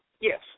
yes